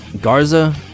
Garza